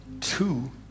two